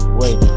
wait